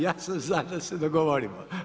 Ja sam za da se dogovorimo.